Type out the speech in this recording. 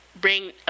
bring